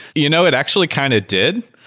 you know, it actually kind of did.